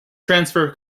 transfer